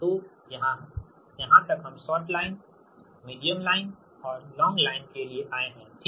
तो यहाँ तक हम शॉर्ट लाइन मीडियम लाइन और लॉन्ग लाइन के लिए आए हैं ठीक